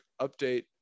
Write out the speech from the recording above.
update